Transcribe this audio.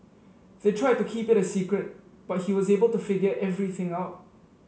they tried to keep it a secret but he was able to figure everything out